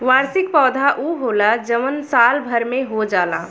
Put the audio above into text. वार्षिक पौधा उ होला जवन साल भर में हो जाला